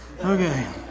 Okay